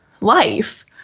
life